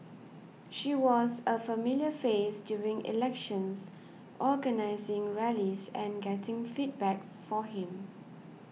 she was a familiar face during elections organising rallies and getting feedback for him